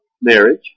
marriage